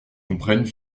comprennent